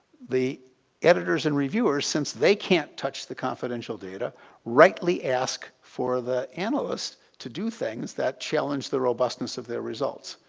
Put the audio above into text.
the editors and reviewers, since they can't touch the confidential data rightly ask for the analyst to do things that challenge the robustness of their results.